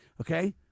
okay